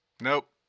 Nope